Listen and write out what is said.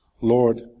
Lord